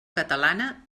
catalana